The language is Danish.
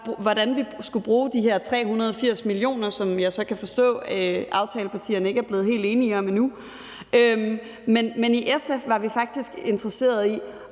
hvordan vi skulle bruge de her 380 mio. kr., som jeg så kan påstå at aftalepartierne ikke er blevet helt enige om endnu. Men i SF var vi faktisk interesserede i